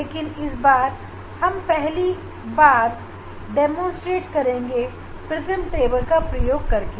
लेकिन इस बार हम पहली बार प्रिज्म टेबल पर प्रिज्म की जगह ग्रेटिंग का प्रयोग करके प्रदर्शन करेंगे